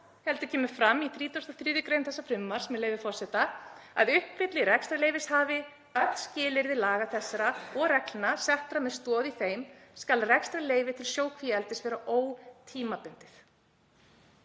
heldur kemur fram í 33. gr. frumvarpsins, með leyfi forseta, að: „Uppfylli rekstrarleyfishafi öll skilyrði laga þessara og reglna settra með stoð í þeim skal rekstrarleyfi til sjókvíaeldis vera ótímabundið.“